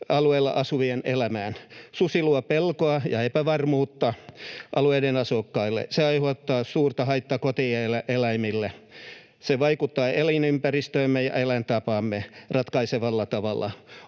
alueella asuvien elämään. Susi luo pelkoa ja epävarmuutta alueiden asukkaille. Se aiheuttaa suurta haittaa kotieläimille. Se vaikuttaa elinympäristöömme ja elintapaamme ratkaisevalla tavalla.